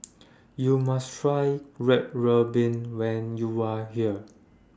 YOU must Try Red Ruby when YOU Are here